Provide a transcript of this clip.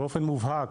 באופן מובהק.